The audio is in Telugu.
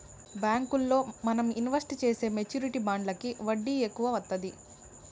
బ్యాంకుల్లో మనం ఇన్వెస్ట్ చేసే మెచ్యూరిటీ బాండ్లకి వడ్డీ ఎక్కువ వత్తాది